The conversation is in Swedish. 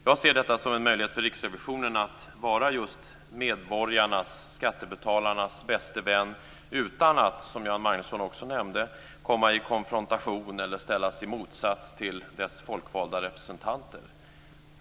Jag ser detta som en möjlighet för Riksrevisionen att vara just medborgarnas, skattebetalarnas bäste vän utan att, som Göran Magnusson också nämnde, komma i konfrontation med eller ställas i motsats till dess folkvalda representanter.